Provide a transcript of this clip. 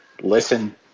listen